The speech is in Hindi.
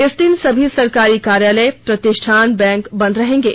इस दिन सभी सरकारी कार्यालय प्रतिष्ठान बैंक आदि बंद रहेंगे